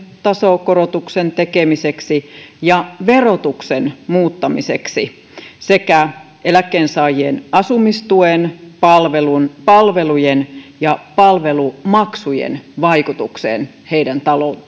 tasokorotuksen tekemiseksi kansaneläkkeeseen ja verotuksen muuttamiseksi sekä selvittäisimme eläkkeensaajien asumistuen palvelujen palvelujen ja palvelumaksujen vaikutuksen heidän